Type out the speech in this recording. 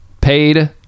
paid